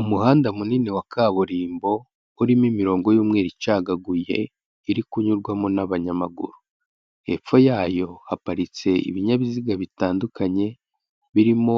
Umuhanda munini wa kaburimbo, urimo imirongo y'umweru icagaguye, iri kunyurwamo n'abanyamaguru, hepfo yayo haparitse ibinyabiziga bitandukanye, birimo